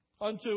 unto